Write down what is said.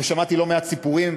ושמעתי לא מעט סיפורים,